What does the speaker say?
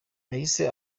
yahise